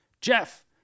Jeff